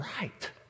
right